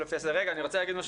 אני רוצה להגיד משהו,